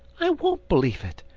i won't believe it.